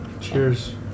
Cheers